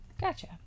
Gotcha